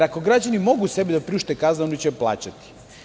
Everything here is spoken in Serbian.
Ako građani mogu sebi da priušte kazne, oni će je plaćati.